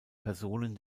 personen